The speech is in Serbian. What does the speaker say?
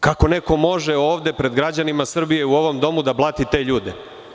Kako neko može ovde pred građanima Srbije u ovom domu da blati te ljude?